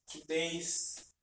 today's